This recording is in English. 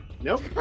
nope